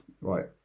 Right